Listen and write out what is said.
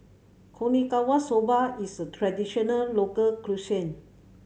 Okinawa Soba is a traditional local cuisine